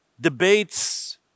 debates